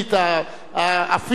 הפיזית,